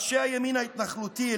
ראשי הימין ההתנחלותי,